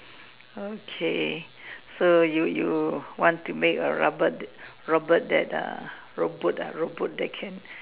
okay so you you want to make a robot robot that err robot ah robot that can